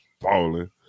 falling